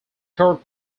court